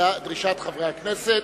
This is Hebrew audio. לדרישת חברי הכנסת.